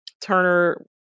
Turner